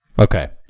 Okay